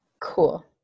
Cool